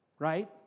right